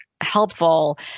helpful